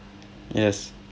yes